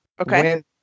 Okay